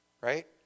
right